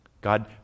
God